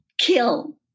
kill